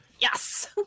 Yes